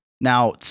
Now